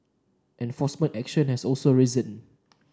enforcement action has also risen